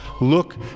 look